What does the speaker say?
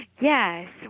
Yes